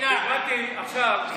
קיבלתי עכשיו,